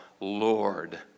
Lord